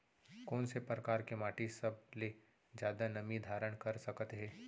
कोन से परकार के माटी सबले जादा नमी धारण कर सकत हे?